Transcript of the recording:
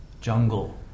jungle